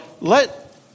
Let